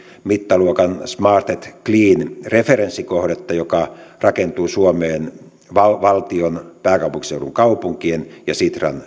mittaluokan smart clean referenssikohdetta joka rakentuu suomeen valtion pääkaupunkiseudun kaupunkien ja sitran